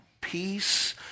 peace